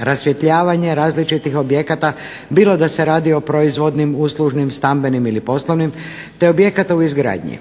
rasvjetljavanje različitih objekata bilo da se radi o proizvodnim, uslužnim, stambenim ili poslovnim te objekata u izgradnji.